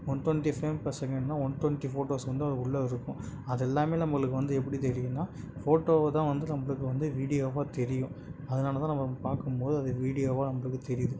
one twenty frame per செகண்ட்னா one twenty photos வந்து அது உள்ள இருக்கும் அதெல்லாமே நம்மளுக்கு வந்து எப்படி தெரியுன்னா ஃபோட்டோவை தான் வந்து நம்மளுக்கு வந்து வீடியோவாக தெரியும் அதனால தான் நம்ம பார்க்கும்போது அது வீடியோவாக நம்மளுக்கு தெரியுது